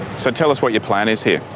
so tell us what your plan is here?